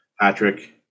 Patrick